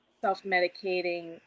self-medicating